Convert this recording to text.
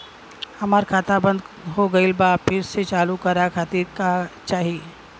हमार खाता बंद हो गइल बा फिर से चालू करा खातिर का चाही?